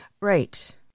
Right